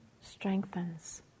strengthens